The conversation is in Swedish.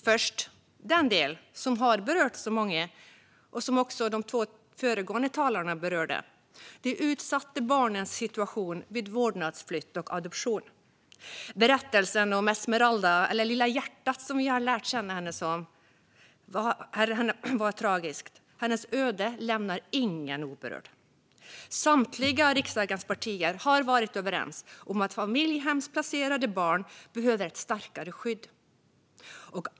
Först vill jag tala om det som har berört så många och som också de två föregående talarna berörde, nämligen de utsatta barnens situation vid vårdnadsöverflyttning och adoption. Berättelsen om Esmeralda, eller "Lilla hjärtat" som vi har lärt känna henne som, var tragisk. Hennes öde lämnar ingen oberörd, och samtliga av riksdagens partier har varit överens om att familjehemplacerade barn behöver ett starkare skydd.